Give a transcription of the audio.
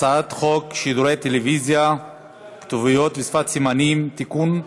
הצעת חוק שידורי טלוויזיה (כתוביות ושפת סימנים) (תיקון,